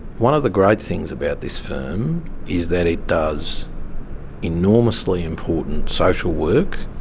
one of the great things about this firm is that it does enormously important social work